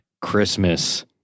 Christmas